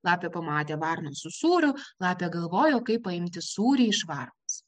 lapė pamatė varną su sūriu lapė galvojo kaip paimti sūrį iš varnos